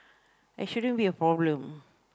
there shouldn't be a problem